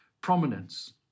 prominence